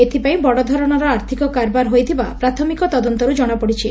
ଏଥିପାଇଁ ବଡ଼ଧରଣର ଆର୍ଥିକ କାରବାର ହୋଇଥିବା ପ୍ରାଥମିକ ତଦନ୍ତରୁ ଜଶାପଡିଛି